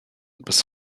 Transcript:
bis